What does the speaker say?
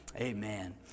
Amen